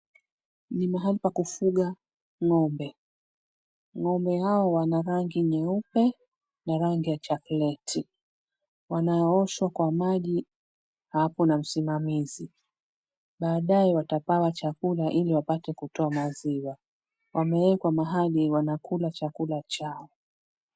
Ni mahali pa kufuga ng'ombe. Ng'ombe hawa wana rangi nyeupe na rangi ya chokoleti . Wanaoshwa kwa maji hapo na msimamizi. Baadae watapewa chakula ili wapate kutoa maziwa. Wameekwa mahali wanakula chakula chao.